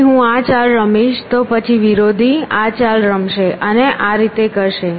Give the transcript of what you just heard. પછી હું આ ચાલ રમીશ પછી વિરોધી આ ચાલ રમશે અને આ રીતે કરશે